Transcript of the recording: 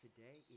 Today